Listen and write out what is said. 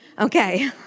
Okay